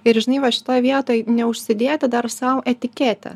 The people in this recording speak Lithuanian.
ir žinai va šitoj vietoj neužsidėti dar sau etiketę